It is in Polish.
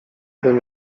bym